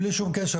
בלי שום קשר,